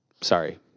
Sorry